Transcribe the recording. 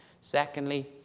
Secondly